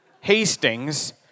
Hastings